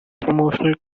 promotional